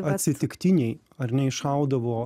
atsitiktiniai ar ne iššaudavo